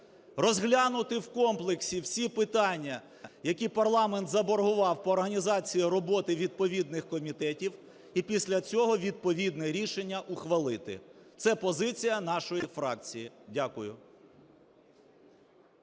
Розглянути в комплексі всі питання, які парламент заборгував по організації роботи відповідних комітетів. І після цього відповідне рішення ухвалити. Це позиція нашої фракції. Дякую.